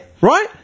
Right